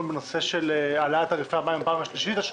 בנושא של העלאת תעריפי המים בפעם השלישית השנה.